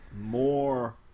more